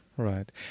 right